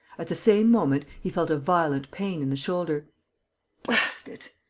at the same moment, he felt a violent pain in the shoulder blast it!